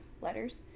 letters